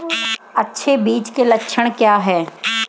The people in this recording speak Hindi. अच्छे बीज के लक्षण क्या हैं?